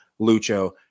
Lucho